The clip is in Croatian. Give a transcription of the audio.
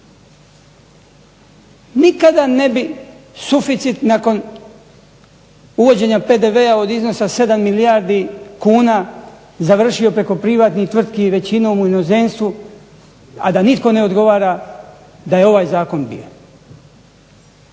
Nikada ne bi suficit nakon uvođenja PDV-a od iznosa 7 milijardi kuna završio preko privatnih tvrtki većinom u inozemstvu, a da nitko ne odgovara da je ovaj zakon bio.